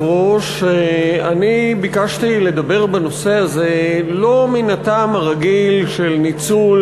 אני ביקשתי לדבר בנושא הזה לא מן הטעם הרגיל של ניצול